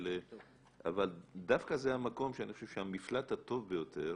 אבל דווקא זה המקום שאני חושב שהמפלט הטוב ביותר